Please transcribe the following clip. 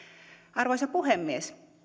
arvoisa puhemies